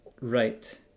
Right